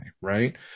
right